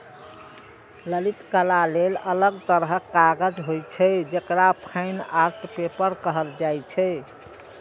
ललित कला लेल अलग तरहक कागज होइ छै, जेकरा फाइन आर्ट पेपर कहल जाइ छै